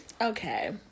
Okay